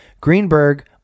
Greenberg